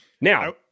Now